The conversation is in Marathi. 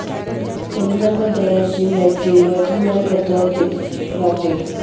संदर्भ दराची माहिती वर्तमानपत्रात येत राहते